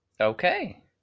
Okay